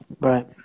right